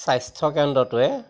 স্বাস্থ্যকেন্দ্ৰটোৱে